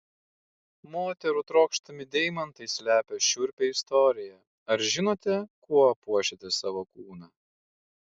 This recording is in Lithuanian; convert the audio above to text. moterų trokštami deimantai slepia šiurpią istoriją ar žinote kuo puošiate savo kūną